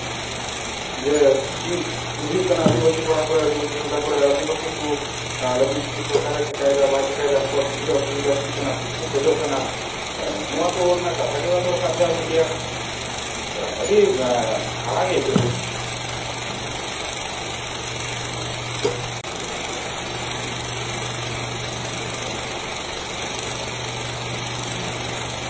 ᱡᱮ ᱪᱮᱫ ᱦᱩᱭᱩᱜ ᱠᱟᱱᱟ ᱟᱫᱤᱵᱟᱥᱤ ᱯᱟᱲᱟ ᱠᱚᱨᱮ ᱟᱫᱤᱵᱟᱥᱤ ᱴᱚᱞᱟ ᱠᱚᱨᱮ ᱟᱫᱤᱵᱟᱥᱤ ᱠᱚ ᱞᱟᱹᱜᱤᱫ ᱪᱮᱫ ᱥᱚᱨᱠᱟᱨᱮ ᱪᱤᱠᱟᱹᱭᱫᱟ ᱵᱟᱭ ᱪᱤᱠᱟᱹᱭᱫᱟ ᱩᱱᱠᱩᱣᱟᱜ ᱥᱩᱵᱤᱫᱷᱟ ᱚᱥᱩᱵᱤᱫᱷᱟ ᱪᱮᱫ ᱠᱟᱱᱟ ᱪᱮᱫ ᱠᱚ ᱠᱷᱚᱡᱚᱜ ᱠᱟᱱᱟ ᱱᱚᱣᱟᱠᱚ ᱨᱮᱱᱟᱜ ᱠᱟᱛᱷᱟ ᱜᱮ ᱵᱟᱠᱚ ᱨᱟᱠᱟᱵ ᱮᱫᱟ ᱢᱤᱰᱤᱭᱟ ᱟᱹᱰᱤ ᱢᱟᱱᱮ ᱦᱟᱦᱟᱲᱟᱜ ᱜᱮ ᱟᱹᱭᱠᱟᱹᱜ ᱠᱟᱱᱟ